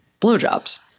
blowjobs